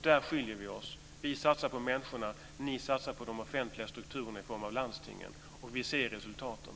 Där skiljer vi oss: Vi satsar på människorna, ni satsar på de offentliga strukturerna i form av landstingen. Vi ser resultaten.